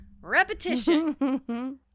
Repetition